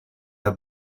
are